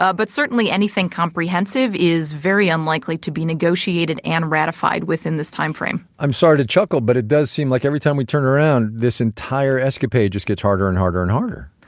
ah but certainly, anything comprehensive is very unlikely to be negotiated and ratified within this time frame i'm sorry to chuckle, but it does seem like every time we turn around this entire escapade just gets harder and harder and harder?